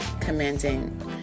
commanding